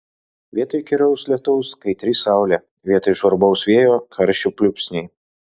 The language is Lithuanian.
vietoj įkyraus lietaus kaitri saulė vietoj žvarbaus vėjo karščio pliūpsniai